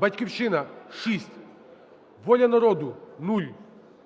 "Батьківщина" – 6, "Воля народу" – 0,